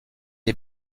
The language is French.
est